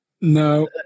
no